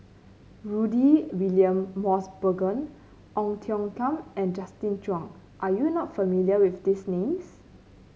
Rudy William Mosbergen Ong Tiong Khiam and Justin Zhuang are you not familiar with these names